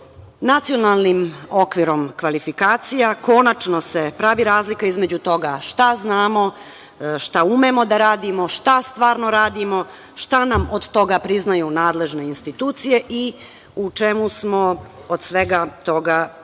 usluge. Nacionalnim okvirom kvalifikacija konačno se pravi razlika između toga šta znamo, šta umemo da radimo, šta stvarno radimo, šta nam od toga priznaju nadležne institucije i u čemu smo od svega toga prepoznati.